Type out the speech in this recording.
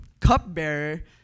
cupbearer